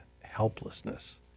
helplessness